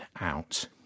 Out